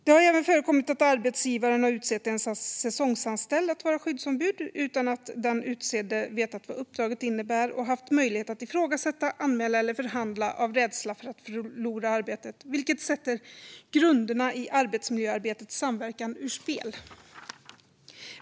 Det har även förekommit att arbetsgivaren har utsett en säsongsanställd att vara skyddsombud, utan att den utsedda har vetat vad uppdraget innebär. Han eller hon har inte haft möjlighet att ifrågasätta, anmäla eller förhandla av rädsla för att förlora arbetet, vilket sätter grunderna i arbetsmiljöarbetets samverkan ur spel.